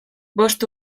bost